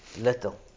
Little